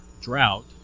drought